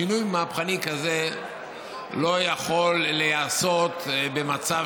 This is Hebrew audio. שינוי מהפכני כזה לא יכול להיעשות במצב